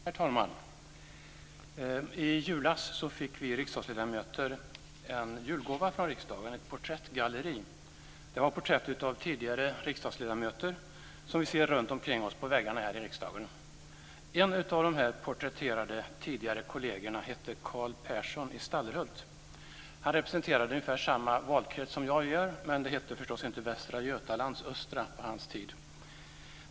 Herr talman! I julas fick vi riksdagsledamöter en julgåva från riksdagen, ett porträttgalleri. Det var porträtt av tidigare riksdagsledamöter som vi ser runtomkring oss på väggarna här i riksdagen. En av de porträtterade tidigare kollegerna hette Carl Persson i Stallerhult. Han representerade ungefär samma valkrets som jag gör, men den hette förstås inte Västra Götalands östra på hans tid.